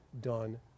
done